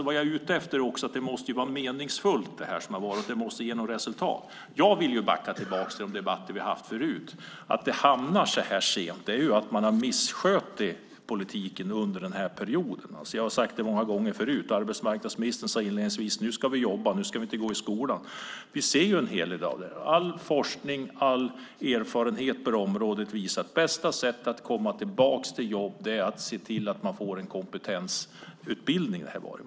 Vad jag är ute efter är att det måste vara meningsfullt och ge något resultat. Jag vill backa till de debatter vi haft förut. Att vi hamnat här beror på att man har misskött politiken under den här perioden. Jag har sagt det många gånger förut. Arbetsmarknadsministern sade inledningsvis: Nu ska vi jobba, nu ska vi inte gå i skolan. Det säger en hel del. All forskning och erfarenhet på området visar att bästa sättet att komma tillbaka till jobb är att se till man får en kompetensutbildning.